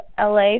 LA